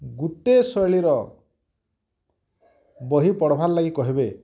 ଗୁଟେ ଶୈଳୀର ବହି ପଢ଼୍ବାର୍ ଲାଗି କହିବେ